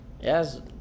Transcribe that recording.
Yes